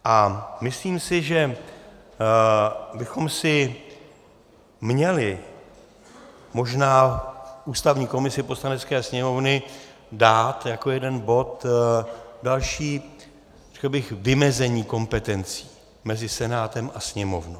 A myslím, že bychom si měli možná v ústavní komisi Poslanecké sněmovny dát jako jeden bod další vymezení kompetencí mezi Senátem a Sněmovnou.